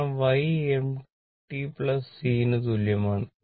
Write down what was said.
കാരണം y mt C ന് തുല്യമാണ്